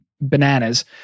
bananas